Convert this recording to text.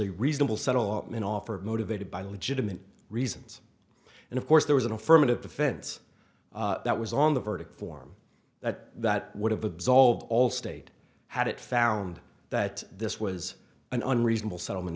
a reasonable settlement offer motivated by legitimate reasons and of course there was an affirmative defense that was on the verdict form that that would have absolved all state had it found that this was an unreasonable settlement